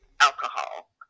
alcohol